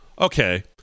Okay